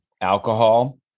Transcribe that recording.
alcohol